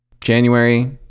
January